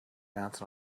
mounted